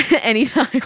anytime